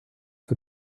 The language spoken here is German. für